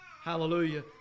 Hallelujah